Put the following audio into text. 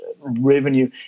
revenue